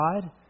God